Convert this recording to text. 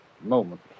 moment